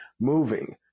moving